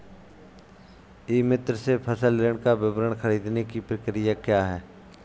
ई मित्र से फसल ऋण का विवरण ख़रीदने की प्रक्रिया क्या है?